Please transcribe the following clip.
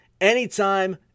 anytime